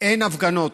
אין הפגנות.